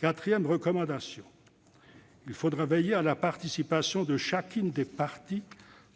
Quatrièmement, il faudra veiller à la participation de chacune des parties